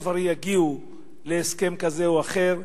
בסוף הרי יגיעו להסכם כזה או אחר,